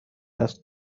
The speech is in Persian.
است